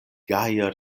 gaje